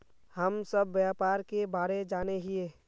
हम सब व्यापार के बारे जाने हिये?